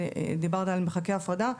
דיברת על מרחקי הפרדה,